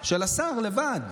של השר לבד.